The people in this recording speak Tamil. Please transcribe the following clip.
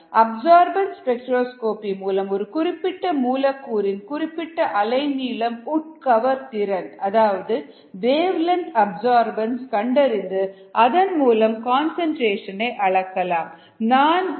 அப்சர்பன்ஸ் ஸ்பெக்ட்ரோஸ்கோபி மூலம் ஒரு குறிப்பிட்ட மூலக்கூறின் குறிப்பிட்ட அலைநீளம் உட்கவர் திறன் அதாவது வேவ்லென்த் அப்சர்பன்ஸ் கண்டறிந்து அதன்மூலம் கன்சன்ட்ரேஷன் அளக்கலாம்